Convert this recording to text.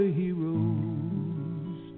heroes